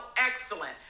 excellent